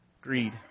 greed